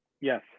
Yes